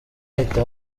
ahita